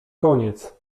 koniec